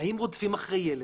האם רודפים אחרי ילד,